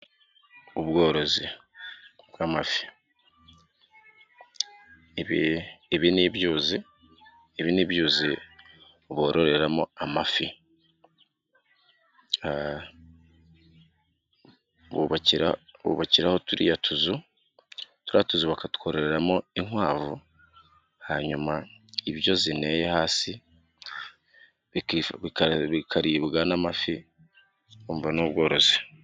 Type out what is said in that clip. Ubworozi bw'amafi. Ibi ni ibyuzi bororeramo amafi. Bubakiraho turiya tuzu, turiya tuzu bakatwororemo inkwavu hanyuma ibyo zineye hasi bikaribwa n'amafi, urumva ni ubworozi.